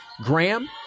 Graham